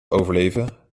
overleven